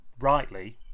rightly